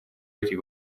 эти